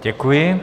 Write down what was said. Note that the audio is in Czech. Děkuji.